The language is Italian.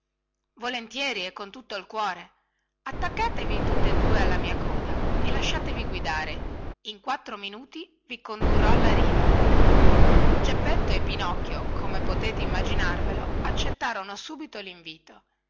volentieri e con tutto il cuore attaccatevi tutte due alla mia coda e lasciatevi guidare in quattro minuti vi condurrò alla riva geppetto e pinocchio come potete immaginarvelo accettarono subito linvito